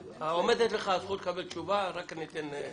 עומדת לך הזכות לקבל תשובה, רק נמשיך.